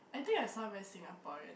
I think I sound very Singaporean